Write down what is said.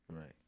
Right